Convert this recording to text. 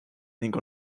ning